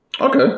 Okay